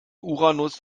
uranus